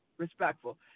respectful